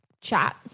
chat